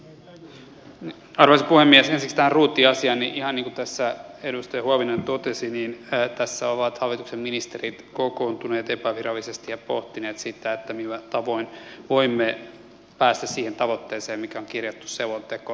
ihan niin kuin tässä edustaja huovinen totesi tässä ovat hallituksen ministerit kokoontuneet epävirallisesti ja pohtineet sitä millä tavoin voimme päästä siihen tavoitteeseen mikä on kirjattu selontekoon